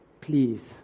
Please